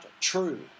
true